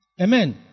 Amen